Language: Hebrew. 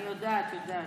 אני יודעת, תודה.